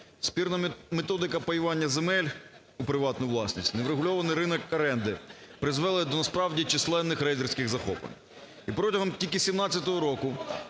спірна методика паювання земель у приватну власність, неврегульований ринок оренди призвели до насправді численних рейдерських захоплень. І протягом тільки 17-го року